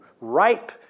ripe